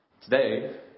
Today